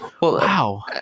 Wow